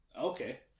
Okay